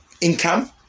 income